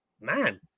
man